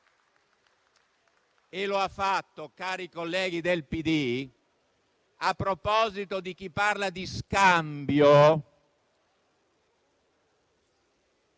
lo ha fatto, cari colleghi del PD, a proposito di chi parla di scambio,